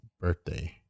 birthday